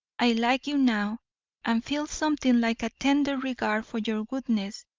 i like you now and feel something like a tender regard for your goodness,